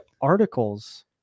articles